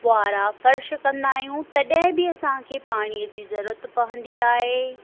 ॿुआरा फ़र्श कंदा आहियूं तॾहिं बि असांखे पाणीअ जी ज़रूरत पवंदी आहे